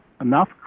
enough